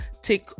take